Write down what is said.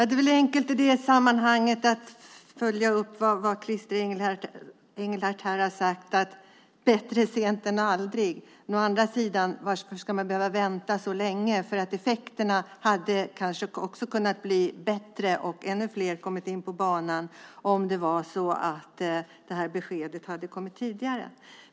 Herr talman! Det är i det här sammanhanget enkelt att följa upp vad Christer Engelhardt har sagt: Bättre sent än aldrig. Men varför ska man behöva vänta så länge? Effekterna hade kanske blivit bättre, och ännu fler hade kanske kommit in på banan om det här beskedet hade kommit tidigare.